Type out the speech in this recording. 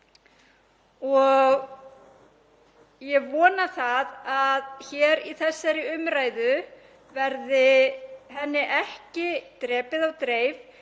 Ég vona það að hér í þessari umræðu verði henni ekki drepið á dreif